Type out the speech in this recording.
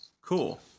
Cool